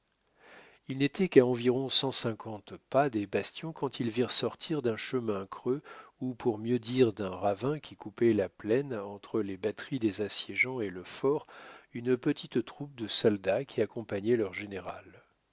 ils n'étaient qu'à environ cent cinquante pas des bastions quand ils virent sortir d'un chemin creux ou pour mieux dire d'un ravin qui coupait la plaine entre les batteries des assiégeants et le fort une petite troupe de soldats qui accompagnaient leur général